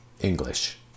English